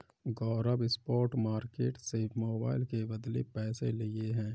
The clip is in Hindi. गौरव स्पॉट मार्केट से मोबाइल के बदले पैसे लिए हैं